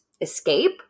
escape